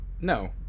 No